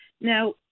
Now